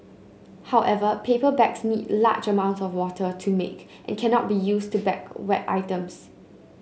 however paper bags need large amounts of water to make and cannot be used to bag wet items